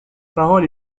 paroles